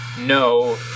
no